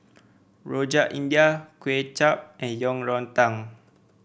Rojak India Kuay Chap and Yang Rou Tang